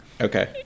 okay